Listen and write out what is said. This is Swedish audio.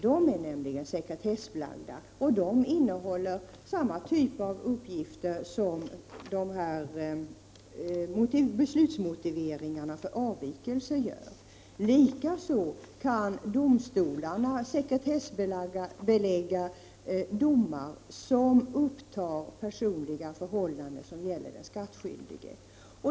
De är nämligen sekretessbelagda, och de innehåller samma typ av uppgifter som beslutsmotiveringarna när det gäller avvikelser. Likaså kan domstolarna sekretessbelägga domar som avslöjar den skattskyldiges personliga förhållanden.